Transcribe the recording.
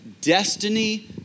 destiny